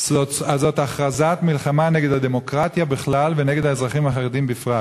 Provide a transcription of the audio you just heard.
זה הכרזת מלחמה על הדמוקרטיה בכלל ועל האזרחים החרדים בפרט.